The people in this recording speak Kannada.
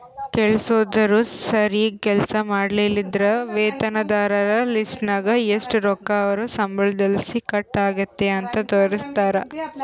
ಕೆಲಸ್ದೋರು ಸರೀಗ್ ಕೆಲ್ಸ ಮಾಡ್ಲಿಲ್ಲುದ್ರ ವೇತನದಾರರ ಲಿಸ್ಟ್ನಾಗ ಎಷು ರೊಕ್ಕ ಅವ್ರ್ ಸಂಬಳುದ್ಲಾಸಿ ಕಟ್ ಆಗೆತೆ ಅಂತ ತೋರಿಸ್ತಾರ